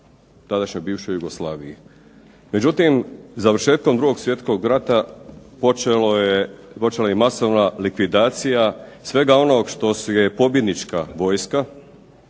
tadašnjoj bivšoj Jugoslaviji. Međutim, završetkom 2. svjetskog rata počela je i masovna likvidacija svega onog što je pobjednička vojska,